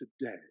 today